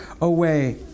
away